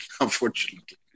unfortunately